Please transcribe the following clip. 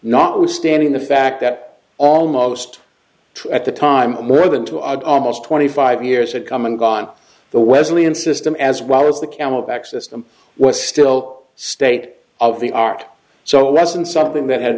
notwithstanding the fact that almost at the time more than two of twenty five years had come and gone the wesleyan system as well as the camelback system was still state of the art so a lesson something that had